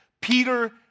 Peter